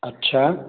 अच्छा